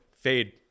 Fade